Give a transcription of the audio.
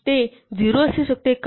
ते 0 असू शकते का